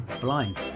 blind